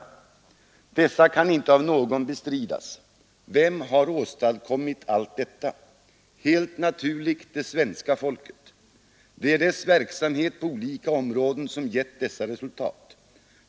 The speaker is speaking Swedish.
Dessa kan inte av någon bestridas. Vem har åstadkommit allt detta? Helt naturligt det svenska folket. Det är dess verksamhet på olika områden som gett detta resultat.